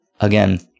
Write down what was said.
Again